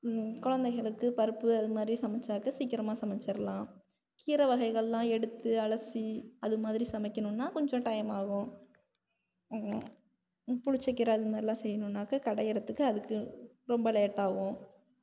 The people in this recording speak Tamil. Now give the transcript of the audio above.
குழந்தைகளுக்கு பருப்பு அது மாதிரி சமைச்சாக்க சீக்கிரமாக சமைச்சிடுலாம் கீரை வகைகள்லாம் எடுத்து அலசி அது மாதிரி சமைக்கணுன்னால் கொஞ்சம் டைம் ஆகும் புளித்த கீரை அதை மாதிரிலாம் செய்ணுன்னாக்க கடைகிறதுக்கு அதுக்கு ரொம்ப லேட் ஆகும்